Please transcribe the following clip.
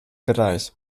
bereich